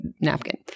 napkin